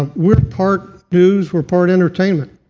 ah we're part news, we're part entertainment.